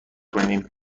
کنیم